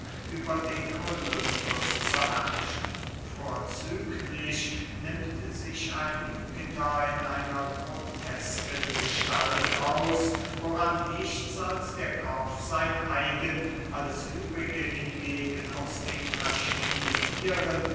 über den olympus zu herrschen vorzüglich nimmt sich ein jupiter in einer grotesken gestalt aus woran nichts als der kopf sein eigen alles übrige hingegen aus den verschiedenen thieren